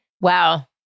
wow